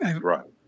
Right